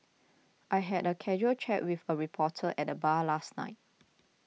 I had a casual chat with a reporter at the bar last night